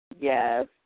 Yes